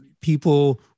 people